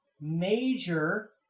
major